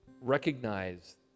recognize